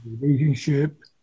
relationship